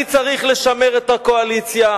אני צריך לשמר את הקואליציה.